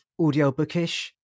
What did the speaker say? Audiobookish